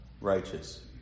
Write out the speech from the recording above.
righteous